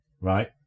right